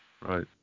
Right